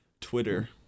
Twitter